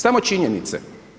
Samo činjenice.